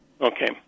Okay